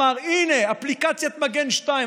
ואמר: הינה אפליקציית מגן 2,